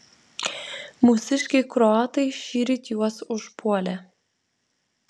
mūsiškiai kroatai šįryt juos užpuolė